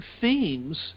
themes